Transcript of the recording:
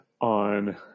on